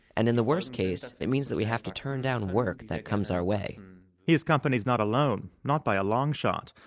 and in the worst case, it means we have to turn down work that comes our way his company's not alone, not by a long shot.